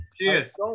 cheers